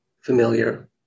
familiar